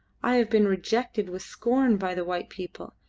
i have been rejected with scorn by the white people,